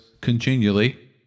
continually